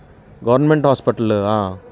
government hospital